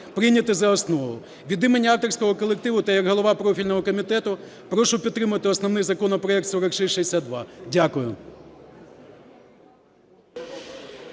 прийняти за основу. Від імені авторського колективу та як голова профільного комітету, прошу підтримати основний законопроект 4662. Дякую.